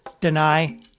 Deny